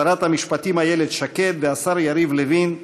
שרת המשפטים איילת שקד והשר יריב לוין,